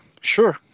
sure